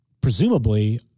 presumably